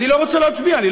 אני לא רוצה להצביע,